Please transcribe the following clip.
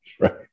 right